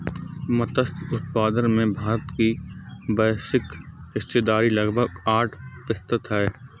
मत्स्य उत्पादन में भारत की वैश्विक हिस्सेदारी लगभग आठ प्रतिशत है